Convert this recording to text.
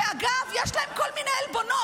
שאגב, יש להם כל מיני עלבונות.